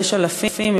יש אלפים של חולים,